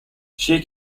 shi